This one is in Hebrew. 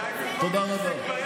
תודה רבה.